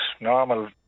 normal